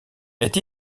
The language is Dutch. het